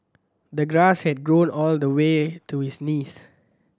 the grass had grown all the way to his knees